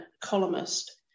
columnist